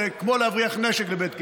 זה כמו להבריח נשק לבית כלא.